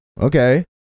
okay